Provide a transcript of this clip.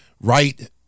right